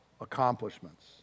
accomplishments